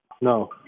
No